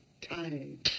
time